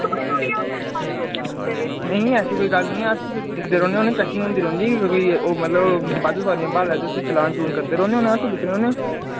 नेईं ऐसी कोई गल्ल नेईं ऐ अस दिखदे रौह्ने होन्ने चैकिंग होंदी रौह्नदी कोई ओह् मतलब बध्द सोआरियां ब्हाले ते उसी चलान चलून करदे रौह्ने होन्ने अस दिक्खने होन्ने